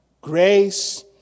Grace